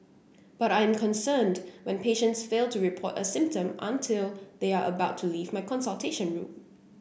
but I am concerned when patients fail to report a symptom until they are about to leave my consultation room